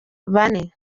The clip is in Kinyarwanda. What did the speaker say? bane